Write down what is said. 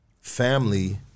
family